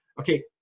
okay